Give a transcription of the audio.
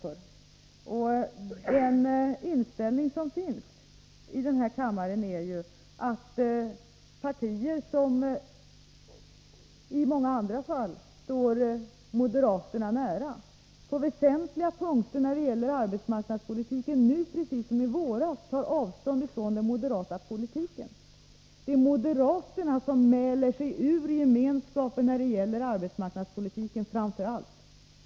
Partier som i många andra fall står moderaterna nära tar nu, precis som i våras, avstånd från moderaterna på väsentliga punkter i fråga om arbetslöshetspolitiken. Det är framför allt moderaterna som mäler sig ur gemenskapen när det gäller arbetsmarknadspolitiken.